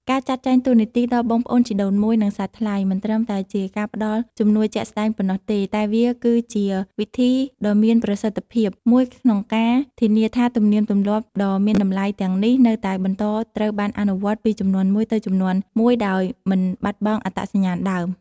ការចាត់ចែងតួនាទីដល់បងប្អូនជីដូនមួយ និងសាច់ថ្លៃ មិនត្រឹមតែជាការផ្តល់ជំនួយជាក់ស្តែងប៉ុណ្ណោះទេ តែវាគឺជា វិធីដ៏មានប្រសិទ្ធភាពមួយក្នុងការធានាថាទំនៀមទម្លាប់ដ៏មានតម្លៃទាំងនេះនៅតែបន្តត្រូវបានអនុវត្តពីជំនាន់មួយទៅជំនាន់មួយ ដោយមិនបាត់បង់អត្តសញ្ញាណដើម។